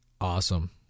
Awesome